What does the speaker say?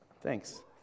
Thanks